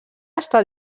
està